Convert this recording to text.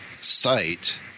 site